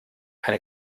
eine